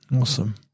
awesome